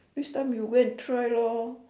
next time you go and try lor